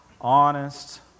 honest